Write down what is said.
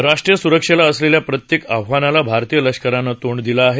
राष्ट्रीय सुरक्षेला असलेल्या प्रत्येक आव्हानाला भारतीय लष्करानं तोंड दिलं आहे